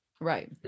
Right